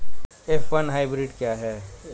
F one hybrid क्या है?